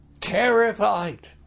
terrified